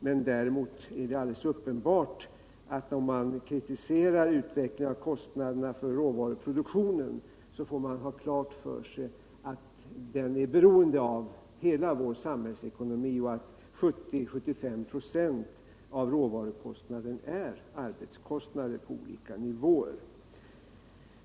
Men om man kritiserar utvecklingen av kostnaderna för råvaruproduktionen, skall man ha klart för sig att den är beroende av hela vår samhällsekonomi och att 70-75 96 av råvarukostnaden är arbetskostnader på olika nivåer.